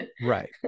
Right